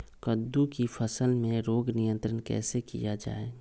कददु की फसल में रोग नियंत्रण कैसे किया जाए?